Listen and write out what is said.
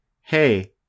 Hey